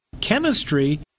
chemistry